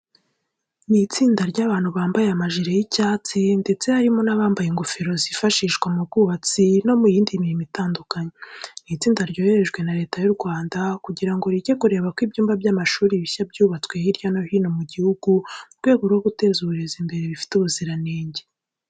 Ni itsinda ry'abantu bambaye amajire y'icyatsi ndetse harimo n'abambaye ingofero zifashishwa mu bwubatsi no mu yindi mirimo itandukanye. Ni itsinda ryoherejwe na Leta y'u Rwanda kugira ngo rijye kureba ko ibyumba by'amashuri bishya byubatswe hirya no hino mu gihugu mu rwego rwo guteza uburezi imbere bifite ubuziranenge.